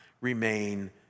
remain